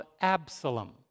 Absalom